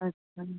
अच्छा